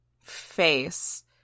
face